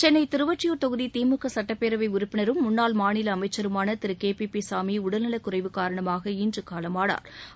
சென்னை திருவொற்றியூர் தொகுதி திமுக சட்டப்பேரவை உறப்பினரும் முன்னாள் மாநில அமைச்சருமாள Thiru K P P Samy உடல் நலக்குறைவு காரணமாக இன்று காலமானாா்